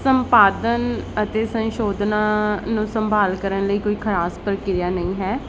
ਸੰਪਾਦਨ ਅਤੇ ਸੰਸ਼ੋਧਨਾ ਨੂੰ ਸੰਭਾਲ ਕਰਨ ਲਈ ਕੋਈ ਖ਼ਾਸ ਪ੍ਰਕਿਰਿਆ ਨਹੀਂ ਹੈ